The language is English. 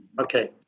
Okay